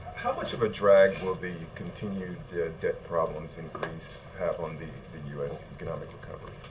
how much of a drag will the continued debt problems in greece have on the the u s. economic recovery?